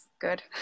good